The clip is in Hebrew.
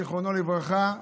זיכרונו לברכה,